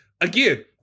Again